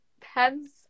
depends